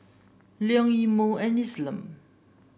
Leon Imo and Isom